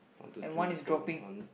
and one is dropping